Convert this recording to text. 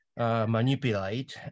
Manipulate